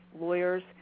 lawyers